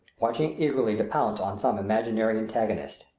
watching eagerly to pounce on some imaginary antagonist.